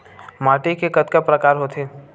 माटी के कतका प्रकार होथे?